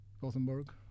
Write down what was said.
Gothenburg